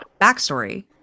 backstory